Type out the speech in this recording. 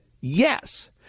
Yes